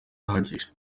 ahagije